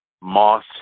moss